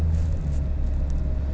boleh